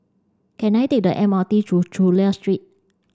can I take the M R T to Chulia Street